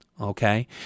Okay